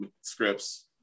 scripts